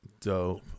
Dope